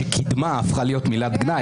כשקידמה הפכה להיות מילת גנאי,